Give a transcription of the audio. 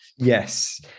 Yes